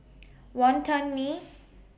Wonton Mee